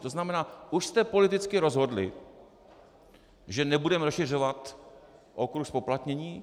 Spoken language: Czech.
To znamená, už jste politicky rozhodli, že nebudeme rozšiřovat okruh zpoplatnění.